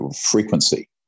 frequency